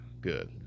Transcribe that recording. good